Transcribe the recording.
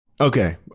Okay